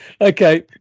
Okay